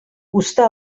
uzta